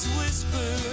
whisper